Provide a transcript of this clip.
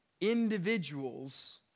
individuals